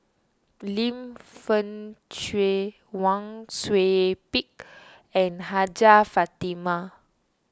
Lim Fei Shen Wang Sui Pick and Hajjah Fatimah